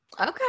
okay